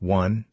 one